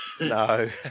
no